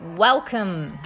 Welcome